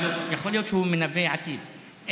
אבל יכול להיות שהוא מנבא עתיד.